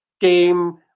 game